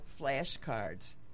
flashcards